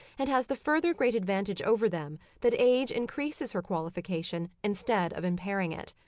and has the further great advantage over them that age increases her qualification instead of impairing it.